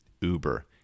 Uber